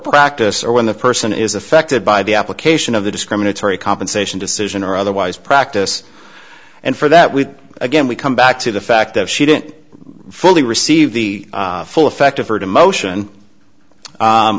practice or when the person is affected by the application of the discriminatory compensation decision or otherwise practice and for that we again we come back to the fact that she didn't fully receive the full effect of her demotion u